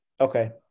Okay